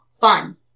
fun